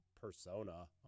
Persona